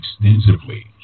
extensively